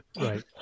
Right